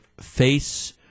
face